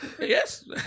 Yes